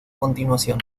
continuación